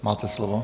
Máte slovo.